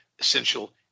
essential